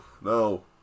no